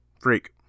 Freak